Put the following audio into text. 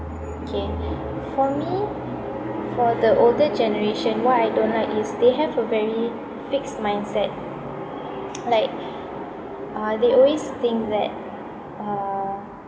okay for me for the older generation what I don't like is they have a very fixed mindset like uh they always think that uh